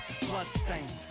Bloodstains